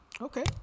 Okay